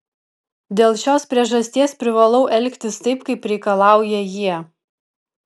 dėl šios priežasties privalau elgtis taip kaip reikalauja jie